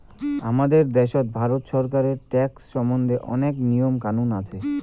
হামাদের দ্যাশে ভারত ছরকারের ট্যাক্স সম্বন্ধে অনেক নিয়ম কানুন আছি